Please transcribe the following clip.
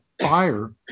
fire